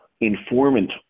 informant